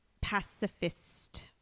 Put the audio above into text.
pacifist